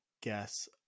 guess